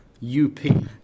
U-P